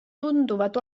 tunduvad